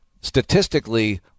statistically